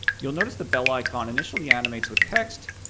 you'll notice the bell icon initially animates with text,